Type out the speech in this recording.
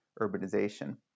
urbanization